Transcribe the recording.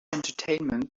entertainment